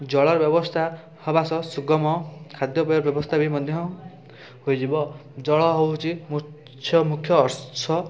ଜଳ ବ୍ୟବସ୍ଥା ହେବା ସହ ସୁଗମ ଖାଦ୍ୟପେୟ ବ୍ୟବସ୍ଥା ବି ମଧ୍ୟ ହୋଇଯିବ ଜଳ ହେଉଛି ମୁଁ ମୁଖ୍ୟ ଉତ୍ସ